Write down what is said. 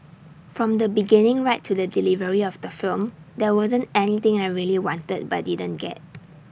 from the beginning right to the delivery of the film there wasn't anything I really wanted but didn't get